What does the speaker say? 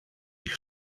ich